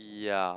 ya